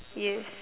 yes